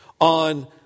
on